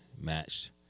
matched